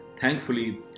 Thankfully